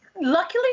luckily